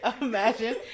Imagine